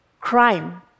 crime